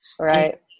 Right